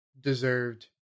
deserved